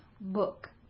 book